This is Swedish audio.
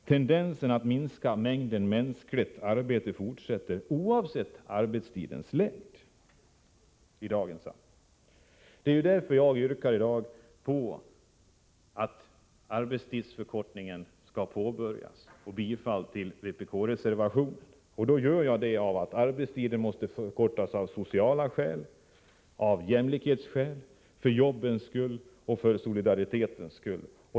Tendensen att minska mängden mänskligt arbete fortsätter i dagens samhälle, oavsett arbetstidens längd. Det är därför jag i dag yrkar på att arbetstidsförkortningen skall påbörjas och yrkar bifall till vpk-reservationen. Arbetstiden måste förkortas av sociala skäl, av jämlikhetsskäl, för jobbens skull och för solidaritetens skull.